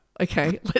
Okay